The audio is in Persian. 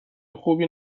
خوبی